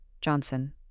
Johnson